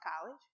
College